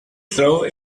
through